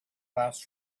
last